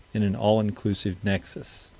in an all-inclusive nexus.